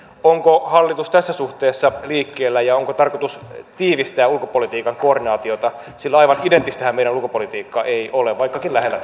onko hallitus tässä suhteessa liikkeellä ja onko tarkoitus tiivistää ulkopolitiikan koordinaatiota aivan identtisiähän meidän ulkopolitiikkamme eivät ole vaikkakin lähellä